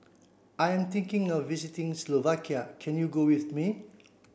I am thinking of visiting Slovakia can you go with me